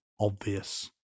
obvious